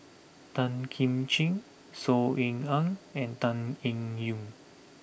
Tan Kim Ching Saw Ean Ang and Tan Eng Yoon